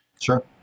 Sure